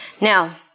now